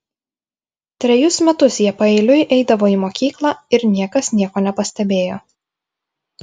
trejus metus jie paeiliui eidavo į mokyklą ir niekas nieko nepastebėjo